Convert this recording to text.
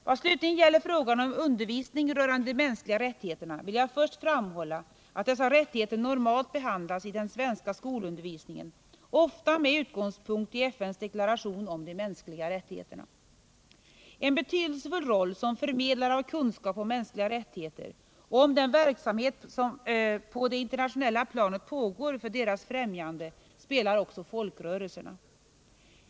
Vad slutligen gäller frågan om undervisning rörande de mänskliga rättigheterna vill jag först framhålla att dessa rättigheter normalt behandlas i den svenska skolundervisningen, ofta med utgångspunkt i FN:s deklaration om de mänskliga rättigheterna. En betydelsefull roll som förmedlare av kunskap om mänskliga rättigheter och om den verksamhet som på det internationella planet pågår för deras främjande spelar också folkrörelserna.